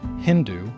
Hindu